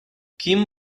kim